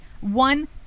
one